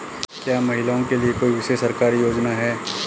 क्या महिलाओं के लिए कोई विशेष सरकारी योजना है?